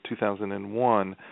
2001